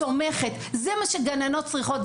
תומכת זה מה שגננות צריכות,